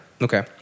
Okay